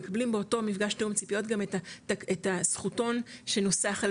מקבלים באותו מפגש תאום ציפיות גם את ה'זכותון' שנוסח על